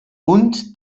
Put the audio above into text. und